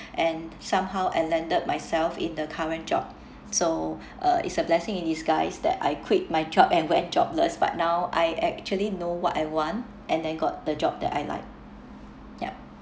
and somehow I landed myself in the current job so uh it's a blessing in disguise that I quit my job and we're jobless but now I actually know what I want and then got the job that I like yup